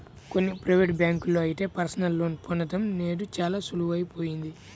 కొన్ని ప్రైవేటు బ్యాంకుల్లో అయితే పర్సనల్ లోన్ పొందడం నేడు చాలా సులువయిపోయింది